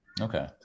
Okay